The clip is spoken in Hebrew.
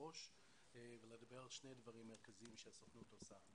ראש ולדבר על שני דברים מרכזיים שהסוכנות עושה.